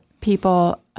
people